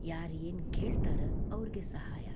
ಯಾರು ಏನು ಕೇಳ್ತಾರೆ ಅವ್ರಿಗೆ ಸಹಾಯ